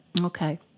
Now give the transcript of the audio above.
Okay